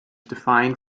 defined